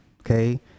okay